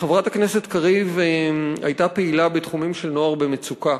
חברת הכנסת קריב הייתה פעילה בתחומים של נוער במצוקה,